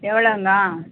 எவ்ளோங்க